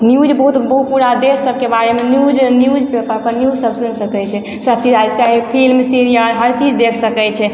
news बहुत पूरा देश सबके बारेमे न्यूज न्यूज ओइपर न्यूज सब सुनि सकय छै सब चीज आइ काल्हि फिल्म सीरियल हर चीज देख सकय छै